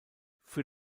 für